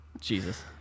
Jesus